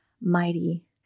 mighty